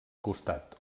costat